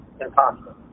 impossible